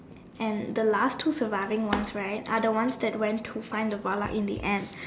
and the last two surviving ones right are the ones that went to find the Valak in the end